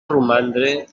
romandre